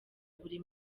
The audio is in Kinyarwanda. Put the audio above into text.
buri